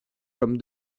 comme